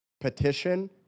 petition